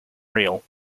real